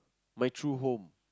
my true home